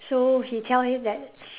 so he tell him that